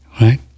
right